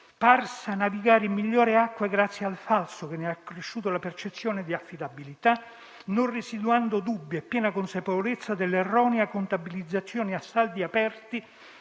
parsa navigare in migliori acque grazie al falso che ne ha accresciuto la percezione di affidabilità, non residuando dubbi e piena consapevolezza dell'erronea contabilizzazione a saldi aperti